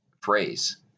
phrase